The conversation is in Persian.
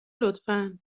لطفا